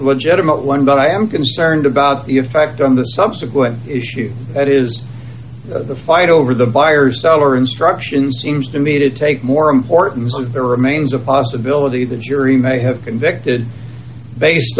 general one but i am concerned about the effect on the subsequent issue that is the fight over the buyer's seller instructions seems to me to take more important there remains a possibility the jury may have convicted based